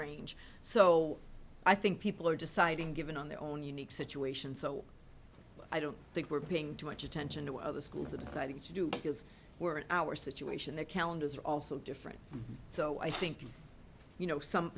range so i think people are deciding given on their own unique situation so i don't think we're paying too much attention to other schools are deciding to do because we're in our situation their calendars are also different so i think you know some